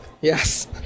Yes